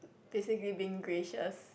basically being gracious